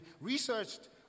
researched